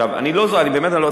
אני לא זוכר.